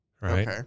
Right